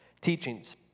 teachings